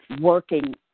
working